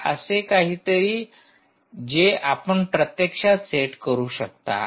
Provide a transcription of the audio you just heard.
आणि हे असे काहीतरी आहे जे आपण प्रत्यक्षात सेट करू शकता